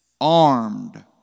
Armed